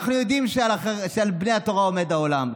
אנחנו יודעים שעל בני התורה עומד העולם,